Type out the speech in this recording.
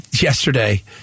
yesterday